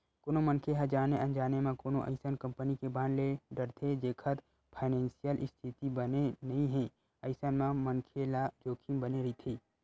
कोनो मनखे ह जाने अनजाने म कोनो अइसन कंपनी के बांड ले डरथे जेखर फानेसियल इस्थिति बने नइ हे अइसन म मनखे ल जोखिम बने रहिथे